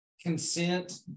consent